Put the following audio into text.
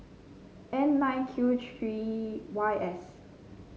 N nine Q three Y S